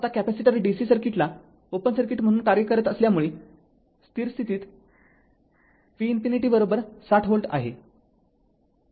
आता capacitor dc सर्किटला open circuit म्हणून कार्य करत असल्यामुळे स्थिर स्थितीत V ∞ ६० व्होल्ट आहे